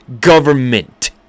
government